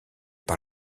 par